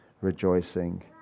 rejoicing